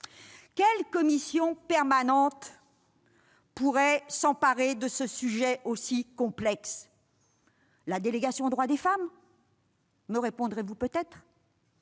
Quelle commission permanente pourrait s'emparer d'un sujet aussi complexe ? La délégation aux droits des femmes, me répondrez-vous peut-être.